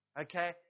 Okay